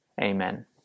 Amen